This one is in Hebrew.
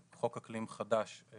יש לה עכשיו חוק אקלים חדש מהשנה.